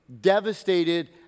devastated